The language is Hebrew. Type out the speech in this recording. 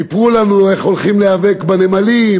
סיפרו לנו איך הולכים להיאבק בנמלים,